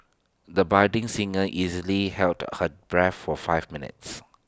the budding singer easily held her breath for five minutes